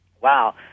wow